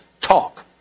talk